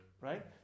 right